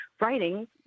writing